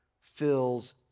fills